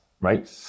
right